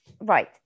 Right